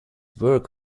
work